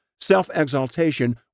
Self-exaltation